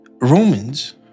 Romans